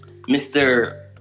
Mr